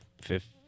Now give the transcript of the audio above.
fifth